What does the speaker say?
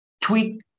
tweak